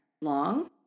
long